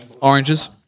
Oranges